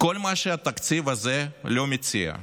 כל מה שהתקציב הזה לא מציע.